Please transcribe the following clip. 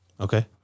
Okay